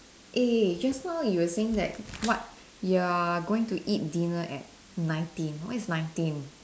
eh just now you were saying that what you're going to eat dinner at nineteen what is nineteen